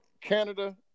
Canada